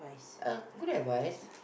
uh good advice